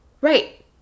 right